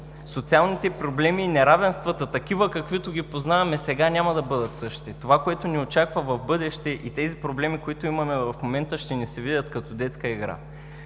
Социалните проблеми и неравенствата такива, каквито ги познаваме сега, няма да бъдат същите. Това, което ни очаква в бъдеще и тези проблеми, които имаме в момента, ще ги се видят като детска игра.